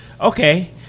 okay